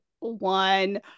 one